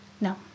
No